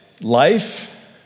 life